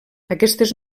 aquestes